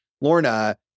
Lorna